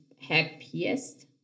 happiest